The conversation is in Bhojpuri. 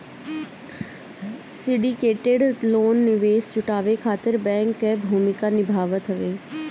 सिंडिकेटेड लोन निवेश जुटावे खातिर बैंक कअ भूमिका निभावत हवे